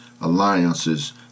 alliances